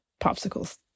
popsicles